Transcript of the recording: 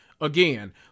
Again